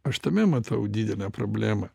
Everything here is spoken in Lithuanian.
aš tame matau didelę problemą